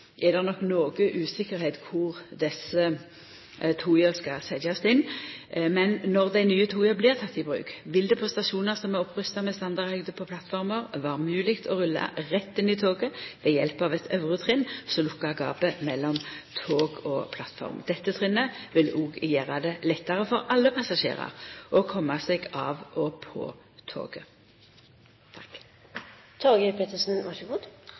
det no nok er noko usikkert kvar desse toga skal setjast inn. Når dei nye toga blir tekne i bruk, vil det på stasjonar som er opprusta med standardhøgd på plattformer, vera mogleg å rulla rett inn i toget ved hjelp av eit øvre trinn som lukkar gapet mellom tog og plattform. Dette trinnet vil òg gjera det lettare for alle passasjerar å koma seg av og på toget.